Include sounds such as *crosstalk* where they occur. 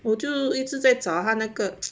我就一直在找 *noise* 他那个